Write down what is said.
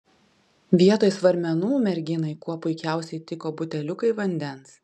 vietoj svarmenų merginai kuo puikiausiai tiko buteliukai vandens